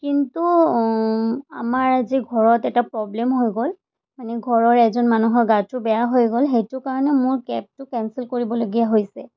কিন্তু আমাৰ আজি ঘৰত এটা প্ৰব্লেম হৈ গ'ল মানে ঘৰৰ এজন মানুহৰ গাটো বেয়া হৈ গ'ল সেইটো কাৰণে মোৰ কেবটো কেঞ্চেল কৰিবলগীয়া হৈছে